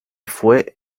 fue